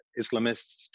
islamists